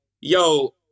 yo